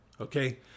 Okay